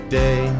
day